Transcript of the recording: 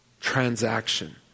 transaction